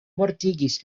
mortigis